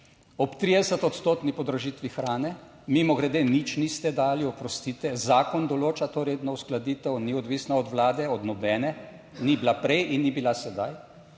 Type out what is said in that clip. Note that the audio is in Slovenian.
ob 30 odstotni podražitvi hrane, mimogrede nič niste dali. Oprostite, zakon določa to redno uskladitev, ni odvisna od Vlade, od nobene ni bila prej in ni bila sedaj.